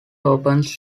opens